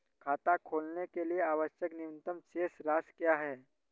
खाता खोलने के लिए आवश्यक न्यूनतम शेष राशि क्या है?